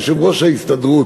יושב-ראש ההסתדרות,